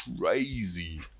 crazy